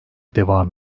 devam